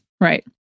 right